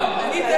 אני אתן לו.